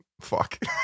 fuck